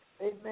amen